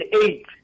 eight